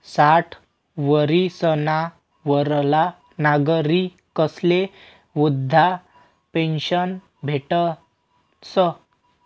साठ वरीसना वरला नागरिकस्ले वृदधा पेन्शन भेटस